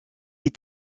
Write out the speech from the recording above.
est